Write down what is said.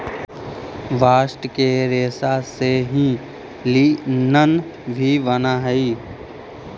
bast के रेसा से ही लिनन भी बानऽ हई